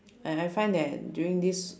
I I find that during this